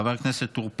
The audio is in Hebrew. חבר הכנס טור פז,